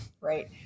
right